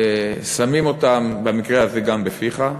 שמים אותם במקרה הזה גם בפיך.